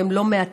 והם לא מעטים.